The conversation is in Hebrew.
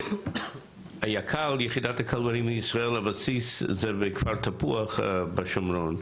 הבסיס של יחידת הכלבנים הוא בכפר תפוח בשומרון.